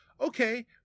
Okay